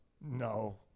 no